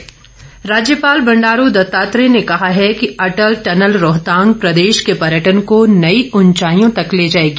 राज्यपाल राज्यपाल बंडारू दत्तात्रेय ने कहा है कि अटल टनल रोहतांग प्रदेश के पर्यटन को नई उंचाईयों तक ले जाएगी